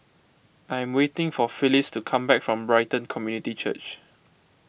I am waiting for Phylis to come back from Brighton Community Church